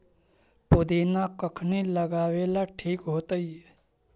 पुदिना कखिनी लगावेला ठिक होतइ?